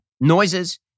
noises